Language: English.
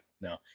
no